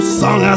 song